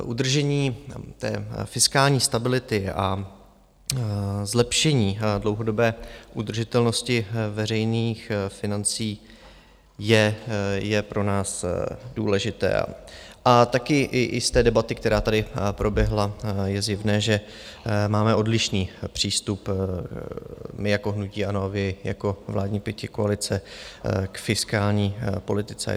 Udržení fiskální stability a zlepšení dlouhodobé udržitelnosti veřejných financí je pro nás důležité a také i z té debaty, která tady proběhla, je zjevné, že máme odlišný přístup my jako hnutí ANO a vy jako vládní pětikoalice k fiskální politice.